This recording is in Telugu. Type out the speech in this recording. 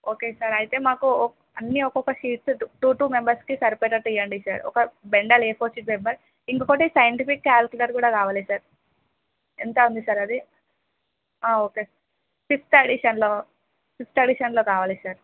ఓకే సార్ అయితే మాకు అన్నీ ఒక్కొక్క షీట్స్ టూ టూ మెంబర్స్కి సరిపడేట్టు ఇవ్వండి సార్ ఒక bundle A four sheet bundle ఇంకొకటి సైంటిఫిక్ కాలిక్యులర్ కూడా కావాలి సార్ ఎంత ఉంది సార్ అది ఓకే ఫిఫ్త్ అడిషన్లో ఫిఫ్త్ అడిషన్లో కావాలి సార్